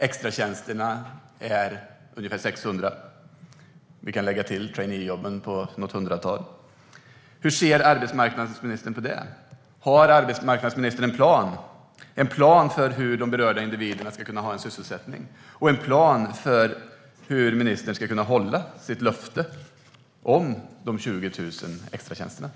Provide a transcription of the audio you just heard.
Extratjänsterna är ungefär 600. Vi kan lägga till traineejobben på något hundratal. Hur ser arbetsmarknadsministern på detta? Har ministern en plan för hur de berörda individerna ska kunna ha en sysselsättning och en plan för hur hon ska kunna hålla sitt löfte om de 20 000 extratjänsterna?